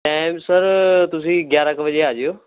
time sir ਤੁਸੀਂ ਗਿਆਰ੍ਹਾਂ ਕੁ ਵਜੇ ਆ ਜਿਓ